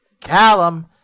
Callum